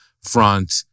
front